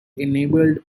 enabled